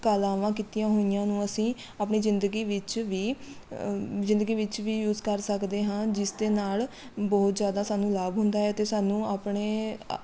ਕਲਾਵਾਂ ਕੀਤੀਆਂ ਹੋਈਆਂ ਨੂੰ ਅਸੀਂ ਆਪਣੀ ਜ਼ਿੰਦਗੀ ਵਿੱਚ ਵੀ ਜ਼ਿੰਦਗੀ ਵਿੱਚ ਵੀ ਯੂਸ ਕਰ ਸਕਦੇ ਹਾਂ ਜਿਸ ਦੇ ਨਾਲ਼ ਬਹੁਤ ਜ਼ਿਆਦਾ ਸਾਨੂੰ ਲਾਭ ਹੁੰਦਾ ਹੈ ਅਤੇ ਸਾਨੂੰ ਆਪਣੇ